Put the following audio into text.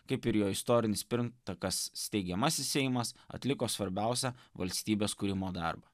kaip ir jo istorinis pirmtakas steigiamasis seimas atliko svarbiausią valstybės kūrimo darbą